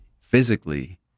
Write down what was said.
Physically